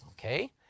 okay